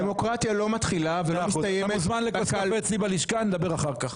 אתה מוזמן לבוא אלי ללשכה ואחר כך נדבר.